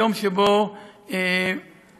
היום שבו אומות